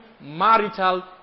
marital